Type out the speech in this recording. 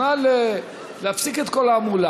נא להפסיק את כל ההמולה.